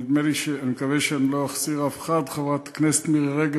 אני מקווה שלא אחסיר אף אחד: חברת הכנסת מירי רגב,